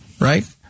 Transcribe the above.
right